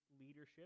leadership